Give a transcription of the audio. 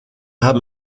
haben